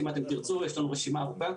אם אתם תרצו יש לנו רשימה ארוכה.